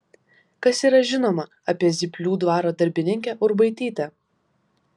kas yra žinoma apie zyplių dvaro darbininkę urbaitytę